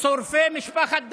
אלה שורפי משפחת דוואבשה.